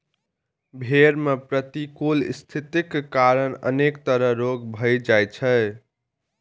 भेड़ मे प्रतिकूल स्थितिक कारण अनेक तरह रोग भए जाइ छै